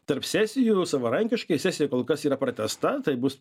tarp sesijų savarankiškai sesija kol kas yra pratęsta tai bus